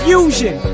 Fusion